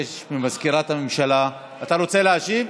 אבקש ממזכירת הממשלה, אתה רוצה להשיב?